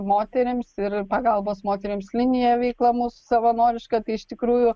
moterims ir pagalbos moterims linija veikla mūsų savanoriška tai iš tikrųjų